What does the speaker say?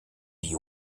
you